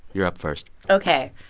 you're up first ok.